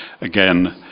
Again